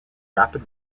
rapid